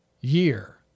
year